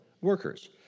workers